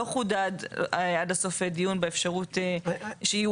לא חודד עד הסוף הדיון באפשרות שיהיו